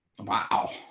wow